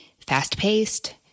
Fast-paced